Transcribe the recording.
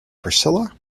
priscilla